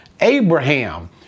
Abraham